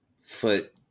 foot